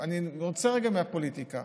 אני יוצא רגע מהפוליטיקה.